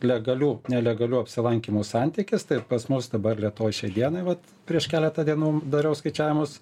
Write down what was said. legalių nelegalių apsilankymų santykis tai ir pas mus dabar lietuvoj šiai dienai vat prieš keletą dienų dariau skaičiavimus